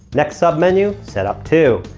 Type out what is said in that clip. next submenu. set up two.